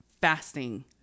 fasting